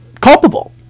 culpable